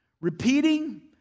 repeating